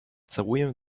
całuję